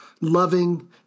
loving